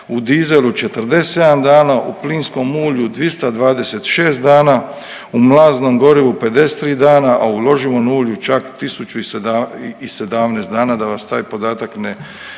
u dizelu 47 dana, u plinskom ulju 226 dana, u mlaznom gorivu 53 dana, a u loživom ulju čak 1017 dana, da vas taj podatak ne,